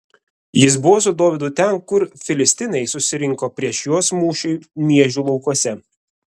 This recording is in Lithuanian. jis buvo su dovydu ten kur filistinai susirinko prieš juos mūšiui miežių laukuose